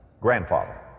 grandfather